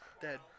Dead